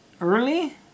early